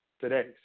today